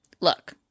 Look